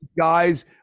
guys